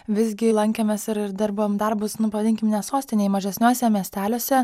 visgi lankėmės ir ir dirbom darbus nu pavadinkim ne sostinėj mažesniuose miesteliuose